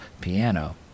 piano